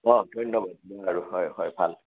অঁ ধন্যবাদ হয় হয় ভাল